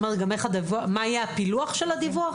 גם מה יהיה הפילוח של הדיווח?